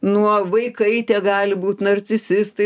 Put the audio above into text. nuo vaikai tie gali būt narcisistai